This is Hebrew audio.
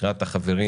מבחינת החברים